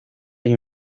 hay